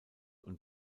und